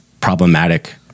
problematic